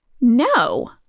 No